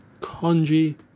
congee